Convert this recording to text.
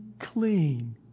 clean